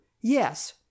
Yes